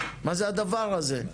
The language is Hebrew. מה זה הדבר הזה?